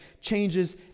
changes